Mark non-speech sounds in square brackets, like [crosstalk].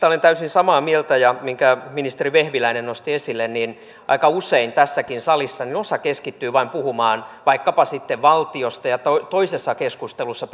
[unintelligible] olen täysin samaa mieltä siitä minkä ministeri vehviläinen nosti esille että aika usein tässäkin salissa osa keskittyy vain puhumaan vaikkapa sitten valtiosta ja toisessa keskustelussa [unintelligible]